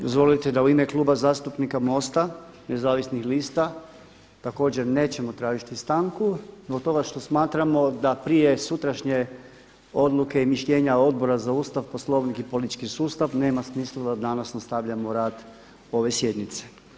Dozvolite da u ime Kluba zastupnika MOST-a Nezavisnih lista također nećemo tražiti stanku zbog toga što smatramo da prije sutrašnje odluke i mišljenja Odbora za Ustav, Poslovnik i politički sustav nema smisla da danas nastavljamo rad ove sjednice.